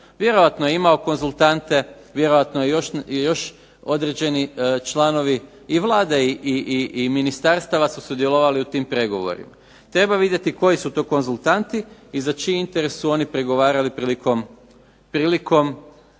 Vjerojatno je imao konzultante, vjerojatno je još određeni članovi i Vlade i ministarstava su sudjelovali u tim pregovorima. Treba vidjeti koji su to konzultanti i za čiji interes su oni pregovarali prilikom